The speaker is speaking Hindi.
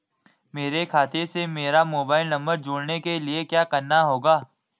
मेरे खाते से मेरा मोबाइल नम्बर जोड़ने के लिये क्या करना होगा?